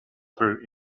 through